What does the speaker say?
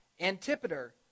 Antipater